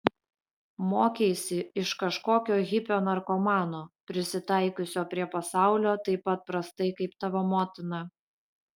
mokeisi iš kažkokio hipio narkomano prisitaikiusio prie pasaulio taip pat prastai kaip tavo motina